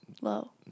low